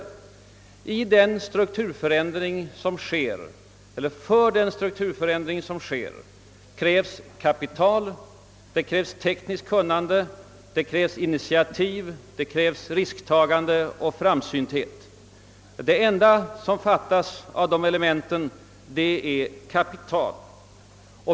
För den strukturförändring som äger rum kräves kapital, tekniskt kunnande, initiativ, risktagande och framsynthet. Allt detta finns, det enda som fattas är kapital.